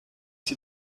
sie